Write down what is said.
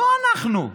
לא אנחנו.